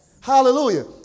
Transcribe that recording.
hallelujah